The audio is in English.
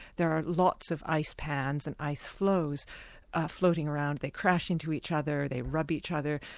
there are lots of ice pans and ice floes floating around. they crash into each other, they rub each other,